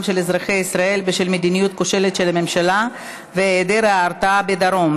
של אזרחי ישראל בשל מדיניות כושלת של הממשלה והיעדר ההרתעה בדרום.